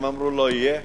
הם אמרו: לא יהיה,